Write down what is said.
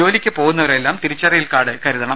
ജോലിക്ക് പോകുന്നവരെല്ലാം തിരിച്ചറിയൽ കാർഡ് കരുതണം